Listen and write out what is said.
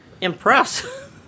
impress